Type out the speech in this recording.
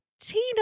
Tina